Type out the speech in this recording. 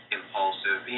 impulsive